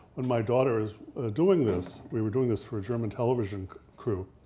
when my daughter is doing this, we were doing this for a german television crew,